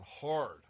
hard